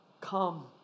come